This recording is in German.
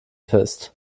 fest